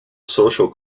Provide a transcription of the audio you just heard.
social